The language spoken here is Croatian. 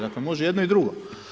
Dakle, može jedno i drugo.